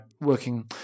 working